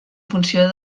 funció